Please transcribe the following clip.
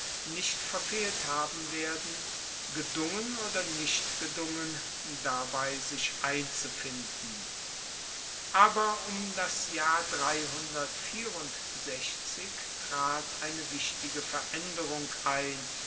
nicht verfehlt haben werden gedungen oder nicht gedungen dabei sich einzufinden aber um das jahr trat eine wichtige veraenderung ein